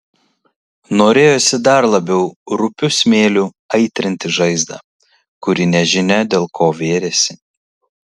norėjosi dar labiau rupiu smėliu aitrinti žaizdą kuri nežinia dėl ko vėrėsi